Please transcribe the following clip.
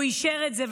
הוא אישר את זה.